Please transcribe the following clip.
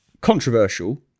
Controversial